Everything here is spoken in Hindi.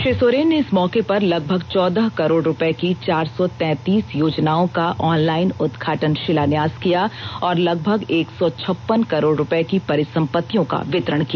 श्री सोरेन ने इस मौके पर लगभग चौदह करोड़ रुपए की चार सौ तैंतीस योजनाओं का ऑनलाइन उदघाटन शिलान्यास किया और लगभग एक सौ छप्पन करोड़ रुपए की परिसंपत्तियों का वितरण किया